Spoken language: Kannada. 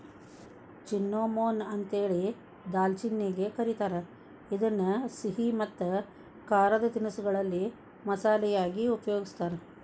ಚಿನ್ನೋಮೊನ್ ಅಂತೇಳಿ ದಾಲ್ಚಿನ್ನಿಗೆ ಕರೇತಾರ, ಇದನ್ನ ಸಿಹಿ ಮತ್ತ ಖಾರದ ತಿನಿಸಗಳಲ್ಲಿ ಮಸಾಲಿ ಯಾಗಿ ಉಪಯೋಗಸ್ತಾರ